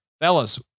Fellas